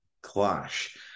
clash